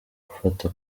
gufata